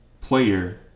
player